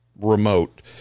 remote